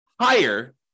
higher